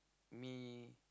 me